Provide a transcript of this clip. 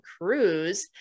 Cruise